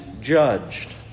judged